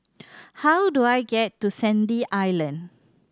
how do I get to Sandy Island